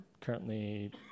currently